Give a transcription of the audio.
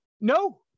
No